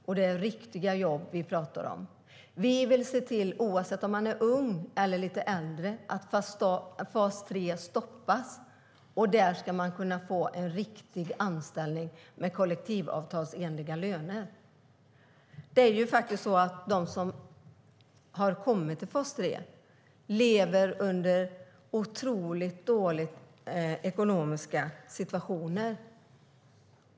Och det är riktiga jobb vi talar om. Oavsett om man är ung eller lite äldre vill vi se till att fas 3 stoppas. Man ska kunna få en riktig anställning med kollektivavtalsenliga löner. De som har kommit in i fas 3 lever under otroligt dåliga ekonomiska omständigheter.